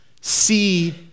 see